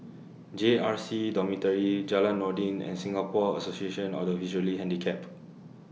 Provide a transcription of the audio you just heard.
J R C Dormitory Jalan Noordin and Singapore Association of The Visually Handicapped